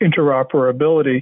interoperability